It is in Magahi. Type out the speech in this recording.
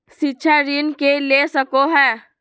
शिक्षा ऋण के ले सको है?